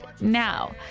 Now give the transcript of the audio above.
now